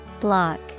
Block